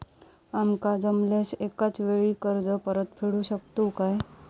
आमका जमल्यास एकाच वेळी कर्ज परत फेडू शकतू काय?